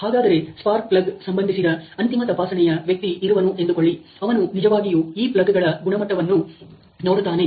ಹಾಗಾದರೆ spark plug ಸಂಬಂಧಿಸಿದ ಅಂತಿಮ ತಪಾಸಣೆಯ ವ್ಯಕ್ತಿ ಇರುವನು ಎಂದುಕೊಳ್ಳಿ ಅವನು ನಿಜವಾಗಿಯೂ ಈ ಪ್ಲಗ್'ಗಳ ಗುಣಮಟ್ಟವನ್ನು ನೋಡುತ್ತಾನೆ